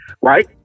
right